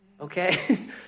Okay